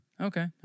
Okay